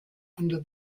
under